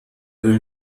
will